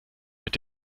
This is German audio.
mit